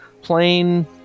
plain